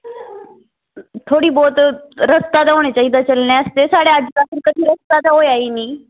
थोह्ड़ा बहुत रस्ता होना चाहिदा साढ़े कदें रस्ता होआ गै नेईं